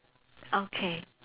okay